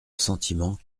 sentiment